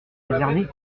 réservées